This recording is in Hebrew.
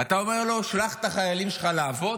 אתה אומר לו: שלח את החיילים שלך לעבוד?